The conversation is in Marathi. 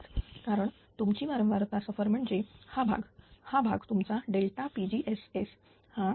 0235 कारण तुमची वारंवारता सफर म्हणजे हा भाग हा भाग तुमचाpgss हा0